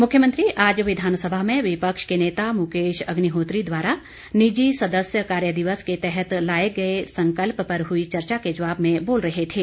मुख्यमंत्री आज विधानसभा में विपक्ष के नेता मुकेश अग्निहोत्री द्वारा निजी सदस्य कार्य दिवस के तहत लाए गए संकल्प पर हुई चर्चा के जवाब में बोल रहे थे